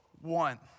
one